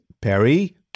Perry